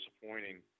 disappointing